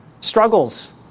struggles